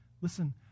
listen